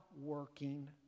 working